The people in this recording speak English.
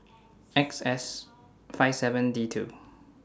X S five seven D two